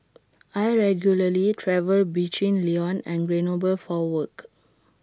I regularly travel between Lyon and Grenoble for work